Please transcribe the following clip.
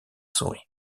souris